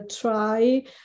try